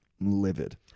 livid